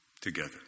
together